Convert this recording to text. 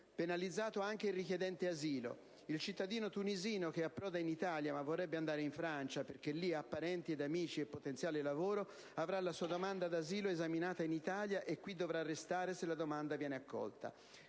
penalizzato anche il richiedente asilo. Il cittadino tunisino che approda in Italia, ma vorrebbe andare in Francia perché lì ha parenti ed amici e potenziale lavoro, avrà la sua domanda d'asilo esaminata in Italia e qui dovrà restare se la domanda verrà accolta.